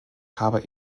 habe